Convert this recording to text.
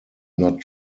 not